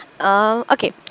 Okay